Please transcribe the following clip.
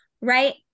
right